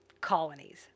colonies